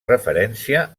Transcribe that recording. referència